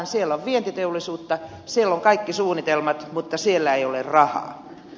siellä on vientiteollisuutta siellä on kaikki suunnitelmat mutta siellä ei ole rahaa